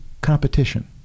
competition